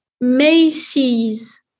Macy's